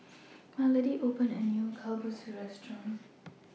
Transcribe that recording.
Melody recently opened A New Kalguksu Restaurant